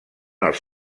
els